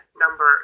number